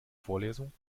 vorlesung